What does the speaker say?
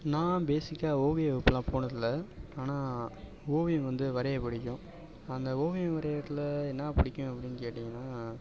நான் பேசிக்காக ஓவிய வகுப்பெல்லாம் போனதில்லை ஆனால் ஓவியம் வந்து வரைய பிடிக்கும் அந்த ஓவியம் வரைகிறதுல என்ன பிடிக்கும் அப்படின்னு கேட்டீங்கன்னா